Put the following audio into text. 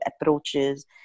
approaches